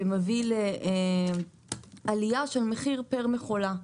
שמביא לעלייה של מחיר פר מכולה.